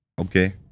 Okay